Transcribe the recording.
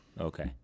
Okay